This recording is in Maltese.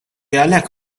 għalhekk